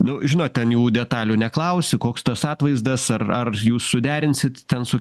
nu žinot ten jau detalių neklausiu koks tas atvaizdas ar ar jūs suderinsit ten su